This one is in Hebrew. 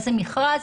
איזה מכרז.